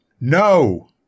No